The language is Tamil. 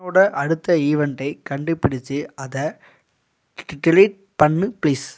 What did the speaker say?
என்னோட அடுத்த ஈவெண்ட்டை கண்டுபிடிச்சு அதை டெலீட் பண்ணு ப்ளீஸ்